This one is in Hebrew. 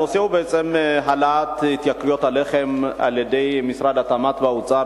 הנושא הוא בעצם העלאת מחירי הלחם על-ידי משרד התמ"ת והאוצר